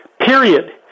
period